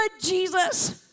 Jesus